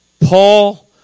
Paul